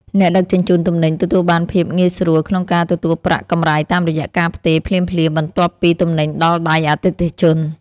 អ្នកដឹកជញ្ជូនទំនិញទទួលបានភាពងាយស្រួលក្នុងការទទួលប្រាក់កម្រៃតាមរយៈការផ្ទេរភ្លាមៗបន្ទាប់ពីទំនិញដល់ដៃអតិថិជន។